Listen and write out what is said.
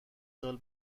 سال